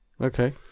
Okay